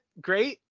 great